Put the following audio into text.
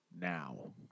now